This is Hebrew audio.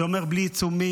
זה אומר בלי עיצומים,